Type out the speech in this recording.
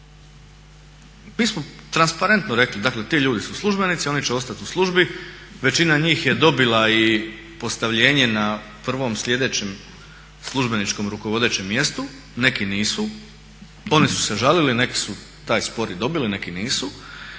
Mi smo transparentno rekli, dakle ti ljudi su službenici, oni će ostati u službi, većina njih je dobila i postavljenje na prvom sljedećem službeničkom rukovodećem mjestu, neki nisu. Oni su se žalili, neki su taj spor i dobili, neki nisu